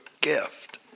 gift